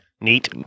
Neat